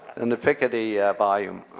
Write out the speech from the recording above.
and the thicker the volume.